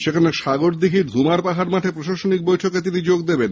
সেখানে সাগরদীঘির ধুমার পাহাড় মাঠে প্রশাসনিক বৈঠকে তিনি যোগ দেবেন